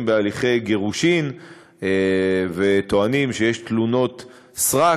בהליכי גירושין וטוענים שיש תלונות סרק,